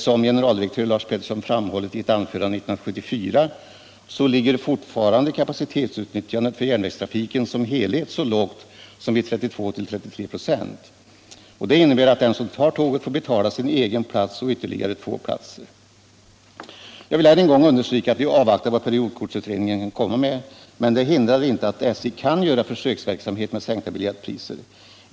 Som generaldirektör Lars Peterson framhållit i ett anförande 1974 ligger fortfarande kapacitetsutnyttjandet för järnvägstrafiken som helhet så lågt som vid 32-33 4. Det innebär att den som tar tåget får betala sin egen plats och vtterligare två platser. Jag vill än en gång understryka att vi avvaktar vad periodkortsutredningen kan komma med, men det hindrar inte att SJ kan bedriva försöksverksamhet med sänkta biljettpriser.